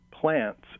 plants